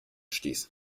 stieß